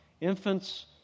Infants